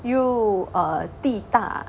又 err 地大